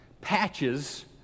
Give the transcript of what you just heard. patches